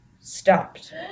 stopped